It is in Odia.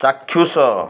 ଚାକ୍ଷୁଷ